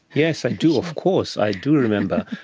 yes i do, of course, i do remember,